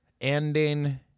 ending